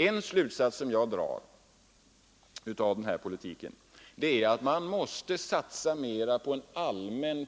En slutsats som jag har dragit av denna politik är att man måste satsa mera på allmänna,